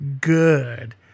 good